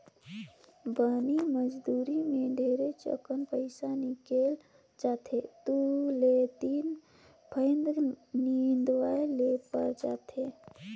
बनी मजदुरी मे ढेरेच अकन पइसा निकल जाथे दु ले तीन फंइत निंदवाये ले पर जाथे